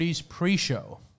pre-show